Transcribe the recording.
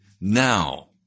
now